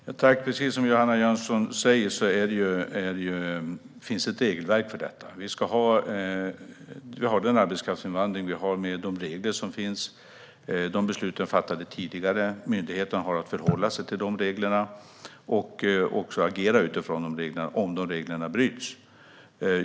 Fru talman! Precis som Johanna Jönsson sa finns ett regelverk för detta. Vi har den arbetskraftsinvandring vi har med de regler som finns. De besluten fattades tidigare. Myndigheten har att förhålla sig till dessa regler och också agera utifrån dem, om man bryter mot dem.